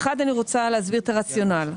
אחת, אני רוצה להסביר את הרציונל.